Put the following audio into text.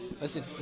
Listen